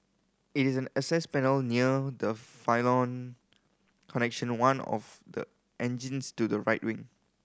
it is an access panel near the pylon connecting one of the engines to the right wing